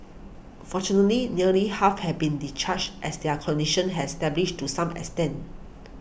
fortunately nearly half have been discharged as their condition have stabilised to some extent